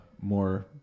more